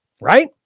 Right